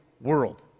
world